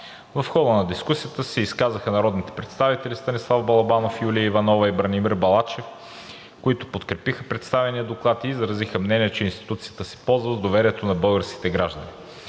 В хода на дискусията се изказаха народните представители Станислав Балабанов, Юлия Иванова и Бранимир Балачев, които подкрепиха представения доклад и изразиха мнения, че институцията се ползва с доверието на българските граждани.